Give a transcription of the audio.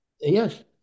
Yes